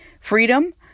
freedom